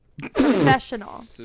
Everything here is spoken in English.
Professional